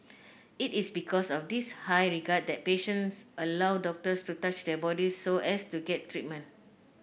it is because of this high regard that patients allow doctors to touch their bodies so as to get treatment